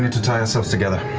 and to tie ourselves together.